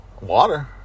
water